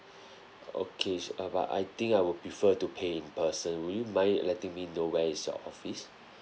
okay s~ uh but I think I would prefer to pay in person will you mind letting me know where is your office